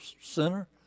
center